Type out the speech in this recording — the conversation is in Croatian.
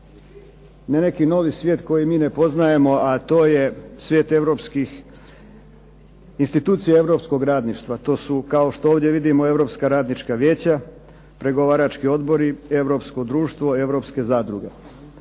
ne neki novi svijet koji mi ne poznajemo, a to je svijet europskih, institucija europskog radništva. To su, kao što ovdje vidimo, europska radnička vijeća, pregovarački odbori, europsko društvo, europske zadruge.